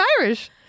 Irish